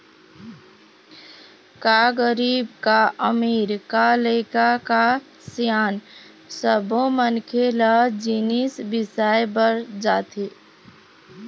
का गरीब का अमीर, का लइका का सियान सब्बो मनखे ल जिनिस बिसाए बर जाथे